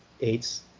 aids